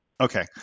okay